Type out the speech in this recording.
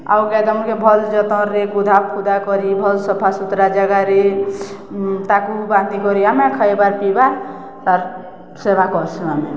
ଆଉ ଗାଏ ଦାମୁର୍କେ ଭଲ୍ ଯତନ୍ରେ ଗୁଦା ପୁଦା କରି ଭଲ୍ ସଫା ସୁୁତ୍ରା ଜାଗାରେ ତାକୁ ବାନ୍ଧି କରି ଆମେ ଖାଏବାର୍ ପିଇବା ତାର୍ ସେବା କର୍ସୁ ଆମେ